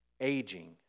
aging